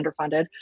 underfunded